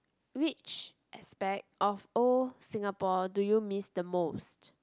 which aspect of old Singapore do you miss the most